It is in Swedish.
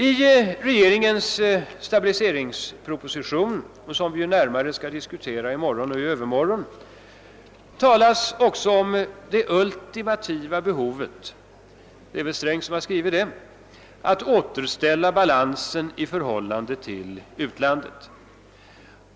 I regeringens stabiliseringsproposition, som vi närmare skall diskutera i morgon och i övermorgon, talas det om det ultimativa behovet — det är väl herr Sträng som har skrivit detta — att återställa balansen i förhållande till utlandet.